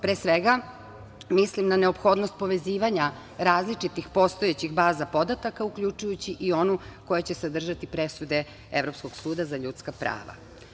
Pre svega, mislim na neophodnost povezivanja različitih postojećih baza podataka, uključujući i onu koja će sadržati presude Evropskog suda za ljudska prava.